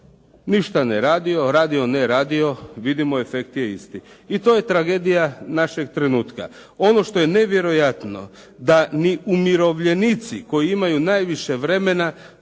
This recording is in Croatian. Ništa ne radio, radio, ne radio, vidimo efekt je isti. I to je tragedija našeg trenutka. Ono što je nevjerojatno da i umirovljenici koji imaju najviše vremena